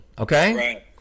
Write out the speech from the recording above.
okay